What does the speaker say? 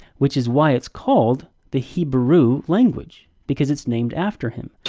which is why it's called the hebrew language, because it's named after him.